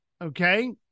okay